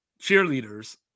cheerleaders